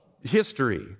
history